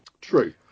True